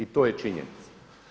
I to je činjenica.